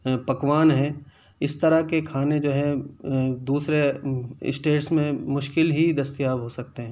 پکوان ہیں اس طرح کے کھانے جو ہیں دوسرے اسٹیٹس میں مشکل ہی دستیاب ہو سکتے ہیں